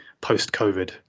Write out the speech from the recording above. post-COVID